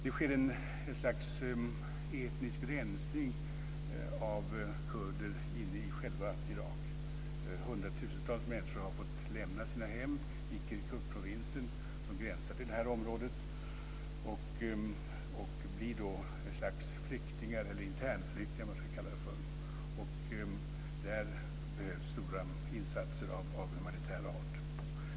Det sker en etnisk rensning av kurder inne i själva Irak. Hundratusentals människor har fått lämna sina hem i Kirkukprovinsen, som gränsar till det här området, och blir då ett slags internflyktingar. Där behövs stora insatser av humanitär art.